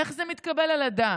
איך זה מתקבל על הדעת?